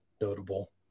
notable